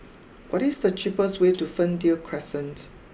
what is the cheapest way to Fernvale Crescent